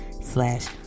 slash